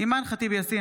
אימאן ח'טיב יאסין,